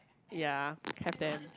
ya have then